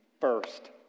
first